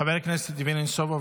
חבר הכנסת יבגני סובה,